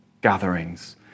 gatherings